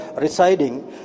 residing